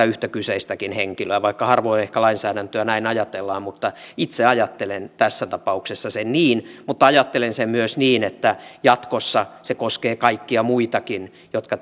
yhtä kyseistäkin henkilöä vaikka harvoin ehkä lainsäädäntöä näin ajatellaan mutta itse ajattelen tässä tapauksessa niin ajattelen sen myös niin että jatkossa se koskee kaikkia muitakin jotka